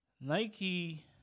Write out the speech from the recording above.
Nike